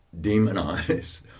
demonize